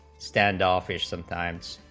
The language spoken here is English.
standoffish sometimes,